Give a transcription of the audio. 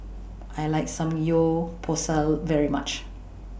I like Samgyeopsal very much